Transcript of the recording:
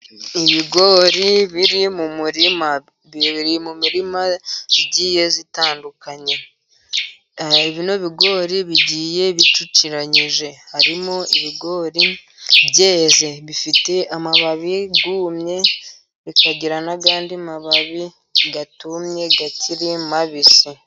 Ibigori biri mu murima. Biri mu mirima igiye itandukanye. Bino bigori bigiye bicuciranyije. Harimo ibigori byeze, bifite amababi yumye, bikagira n'andi mababi atumye akiri mabisi.